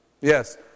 Yes